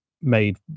made